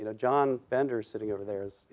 you know john bender, sitting over there, is, you